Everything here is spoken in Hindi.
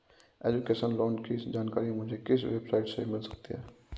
एजुकेशन लोंन की जानकारी मुझे किस वेबसाइट से मिल सकती है?